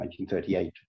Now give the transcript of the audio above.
1938